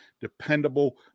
dependable